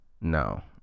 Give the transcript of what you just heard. no